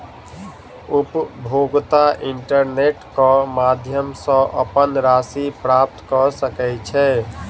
उपभोगता इंटरनेट क माध्यम सॅ अपन राशि प्राप्त कय सकै छै